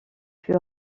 fut